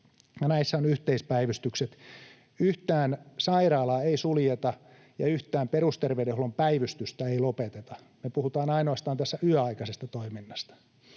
näissä on yhteispäivystykset. Yhtään sairaalaa ei suljeta, ja yhtään perusterveydenhuollon päivystystä ei lopeteta. Me puhutaan ainoastaan yöaikaisesta toiminnasta.